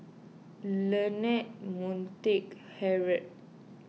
Leonard Montague Harrod